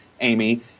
Amy